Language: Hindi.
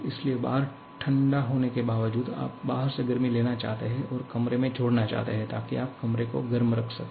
इसलिए बाहर ठंडा होने के बावजूद आप बाहर से गर्मी लेना चाहते हैं और कमरे में जोड़ना चाहते हैं ताकि आप कमरे को गर्म रख सकें